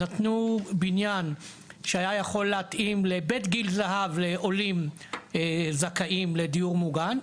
נתנו בניין שהיה יכול להתאים לבית גיל זהב לעולים זכאים לדיור מוגן,